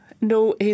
no